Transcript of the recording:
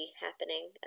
happening